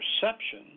perception